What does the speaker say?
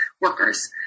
workers